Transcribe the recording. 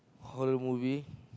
horror movie